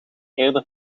eerder